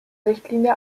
richtlinie